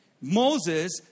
Moses